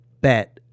bet